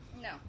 No